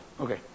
Okay